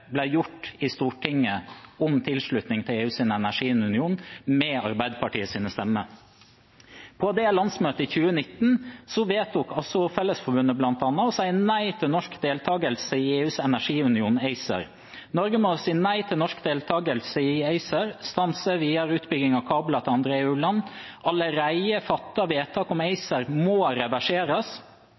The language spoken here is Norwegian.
gjort i Stortinget om tilslutning til EUs energiunion, med Arbeiderpartiets stemmer. På det landsmøtet i 2019 vedtok Fellesforbundet bl.a. å si nei til norsk deltakelse i EUs energiunion, ACER. «Norge må si nei til Norsk deltagelse i EUS energiunion ACER - Stans av all videre utbygging av kabler til andre EU-land. Allerede fattede vedtak om ACER må reverseres,